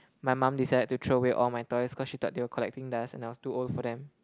my mom decided to throw away all my toys cause she thought they are collecting dust and I was too old for them